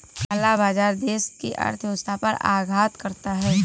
काला बाजार देश की अर्थव्यवस्था पर आघात करता है